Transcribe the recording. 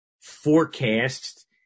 forecast